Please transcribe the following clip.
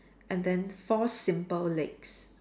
and then four simple legs